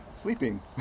sleeping